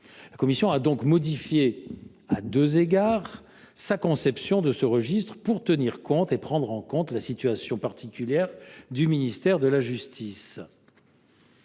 Elle a donc modifié à deux égards sa conception de ce registre pour tenir compte de la situation particulière du ministère de la justice.